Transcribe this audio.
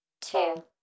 two